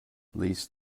least